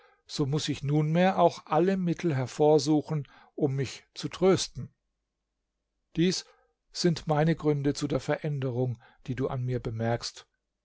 so muß ich nunmehr auch alle mittel hervorsuchen um mich zu trösten dies sind meine gründe zu der veränderung die du an mir bemerkst